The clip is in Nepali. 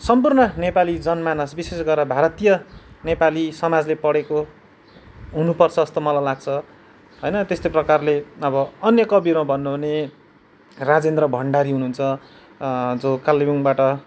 सम्पूर्ण नेपाली जनमानस विशेष गरेर भारतीय नेपाली समाजले पढेको हुनुपर्छ जस्तो मलाई लाग्छ होइन त्यस्तै प्रकारले अब अन्य कविहरूमा भन्नु हो भने राजेन्द्र भण्डारी हुनुहुन्छ जो कालेबुङबाट